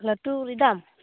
ᱞᱟᱹᱴᱩ ᱨᱮ ᱫᱟᱢ